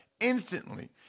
instantly